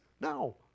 No